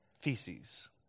feces